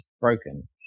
broken